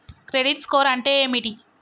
Credit score అంటే ఏమిటి?